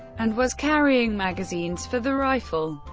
and was carrying magazines for the rifle.